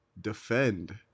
defend